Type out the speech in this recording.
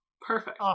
Perfect